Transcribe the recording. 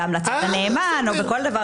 כמובן, בהמלצת נאמן וכו'.